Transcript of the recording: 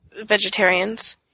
vegetarians